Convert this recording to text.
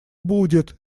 будет